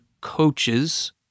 coaches